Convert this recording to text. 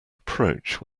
approach